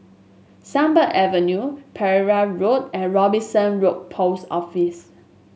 Sunbird Avenue Pereira Road and Robinson Road Post Office